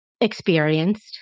experienced